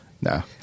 no